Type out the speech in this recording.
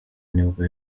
nibwo